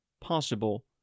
possible